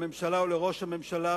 לממשלה ולראש הממשלה,